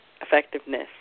effectiveness